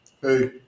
Hey